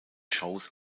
shows